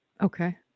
Okay